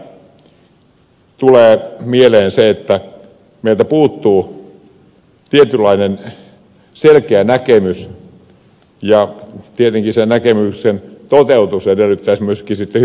vääjäämättä tulee mieleen se että meiltä puuttuu tietynlainen selkeä näkemys ja tietenkin sen näkemyksen toteutus edellyttäisi myöskin sitten hyvää johtajuutta